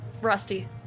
Rusty